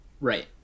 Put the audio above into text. Right